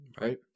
Right